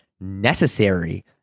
necessary